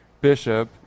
Bishop